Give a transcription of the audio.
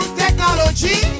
technology